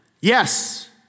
yes